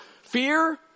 Fear